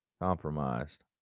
compromised